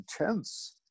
intense